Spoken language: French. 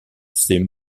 ces